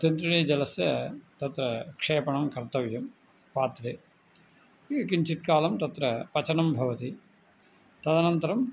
तिन्त्रिणीजलस्य तत्र क्षेपणं कर्तव्यं पात्रे किञ्चित् कालं तत्र पचनं भवति तदनन्तरं